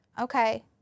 Okay